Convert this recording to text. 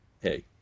hey